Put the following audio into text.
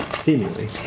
Seemingly